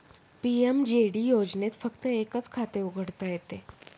PMJD योजनेत फक्त एकच खाते उघडता येते